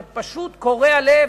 זה פשוט קורע לב.